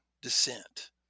descent